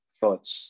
thoughts